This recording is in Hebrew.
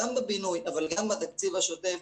גם בבינוי וגם בתקציב השוטף,